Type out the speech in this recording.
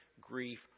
grief